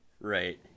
Right